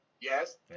Yes